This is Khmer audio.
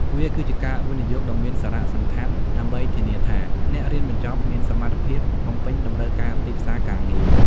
វាគឺជាការវិនិយោគដ៏មានសារៈសំខាន់ដើម្បីធានាថាអ្នករៀនបញ្ចប់មានសមត្ថភាពបំពេញតម្រូវការទីផ្សារការងារ។